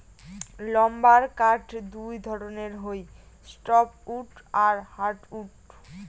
lumber কাঠ দুই ধরণের হই সফ্টউড আর হার্ডউড